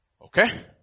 Okay